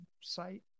site